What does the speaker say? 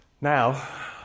Now